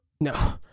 No